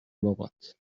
بابات